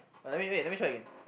uh wait let me let me try again